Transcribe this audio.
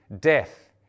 death